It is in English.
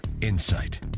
insight